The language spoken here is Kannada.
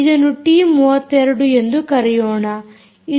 ಇದನ್ನು ಟಿ32 ಎಂದು ಕರೆಯೋಣ